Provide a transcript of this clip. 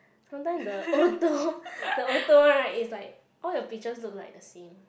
sometime the auto the auto right is like all the pictures look like the same